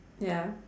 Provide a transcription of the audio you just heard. ya